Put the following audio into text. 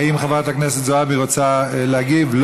האם חברת הכנסת זועבי רוצה להגיב?